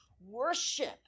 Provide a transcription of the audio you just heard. Worship